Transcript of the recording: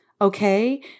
Okay